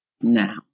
now